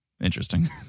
Interesting